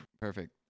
Perfect